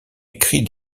écrit